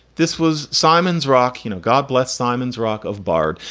this was simon's rock. you know, god bless simon's rock of bard.